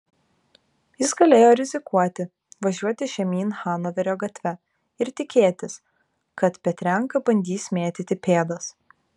jis galėjo rizikuoti važiuoti žemyn hanoverio gatve ir tikėtis kad petrenka bandys mėtyti pėdas